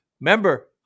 Remember